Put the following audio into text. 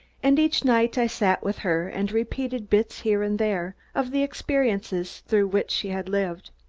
and each night i sat with her and repeated bits here and there of the experiences through which she had lived.